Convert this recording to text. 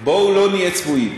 בואו לא נהיה צבועים.